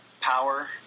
Power